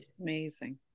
amazing